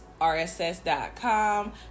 RSS.com